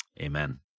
amen